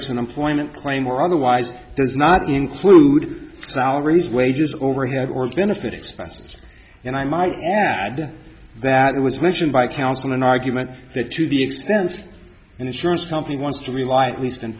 it's an employment claim or otherwise does not include salaries wages overhead or benefit expenses and i might add that it was mentioned by counsel in an argument that to the extent and insurance company wants to relight least in